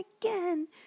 again